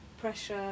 pressure